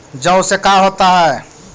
जौ से का होता है?